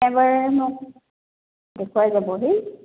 এবাৰ এই মোক দেখুৱাই যাবহি